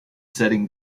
setting